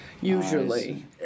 usually